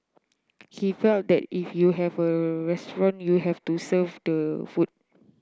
he felt that if you have a restaurant you have to serve the food